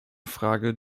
frage